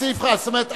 זאת אומרת,